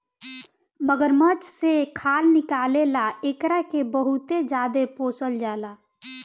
मगरमच्छ से खाल निकले ला एकरा के बहुते ज्यादे पोसल जाला